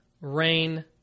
rain